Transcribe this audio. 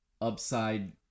upside